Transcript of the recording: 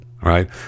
right